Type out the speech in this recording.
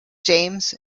james